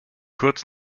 kurz